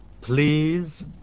Please